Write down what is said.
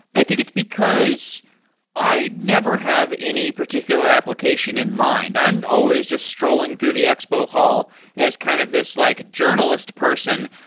i think it's because i never have any particular application in mind. i'm always just strolling through the expo hall as kind of this like journalist person.